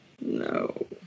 No